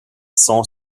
saint